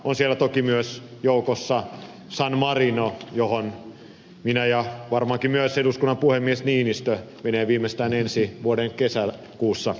on siellä toki myös joukossa san marino johon minä ja varmaankin myös eduskunnan puhemies niinistö menen viimeistään ensi vuoden kesäkuussa tutustumaan